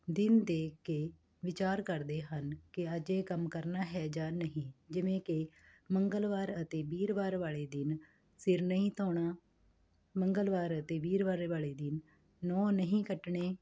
ਦਿਨ ਦੇਖ ਕੇ ਵਿਚਾਰ ਕਰਦੇ ਹਨ ਕਿ ਅੱਜ ਇਹ ਕੰਮ ਕਰਨਾ ਹੈ ਜਾਂ ਨਹੀਂ ਜਿਵੇਂ ਕਿ ਮੰਗਲਵਾਰ ਅਤੇ ਵੀਰਵਾਰ ਵਾਲੇ ਦਿਨ ਸਿਰ ਨਹੀਂ ਧੋਣਾ ਮੰਗਲਵਾਰ ਅਤੇ ਵੀਰਵਾਰ ਵਾਲੇ ਦਿਨ ਨਹੁੰ ਨਹੀਂ ਕੱਟਣੇ